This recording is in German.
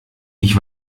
ich